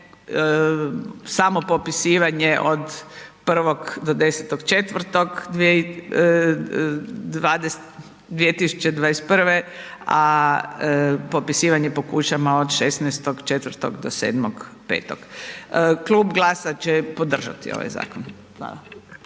Samopopisivanje od 1. do 10.4.2021., a popisivanje po kućama od 16.4. do 7.5. Klub GLAS-a će podržati ovaj zakon.